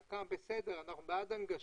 בסדר, אנחנו בעד הנגשה,